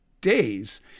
days